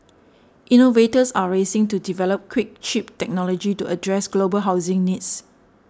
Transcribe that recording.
innovators are racing to develop quick cheap technology to address global housing needs